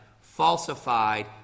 falsified